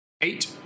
Eight